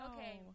Okay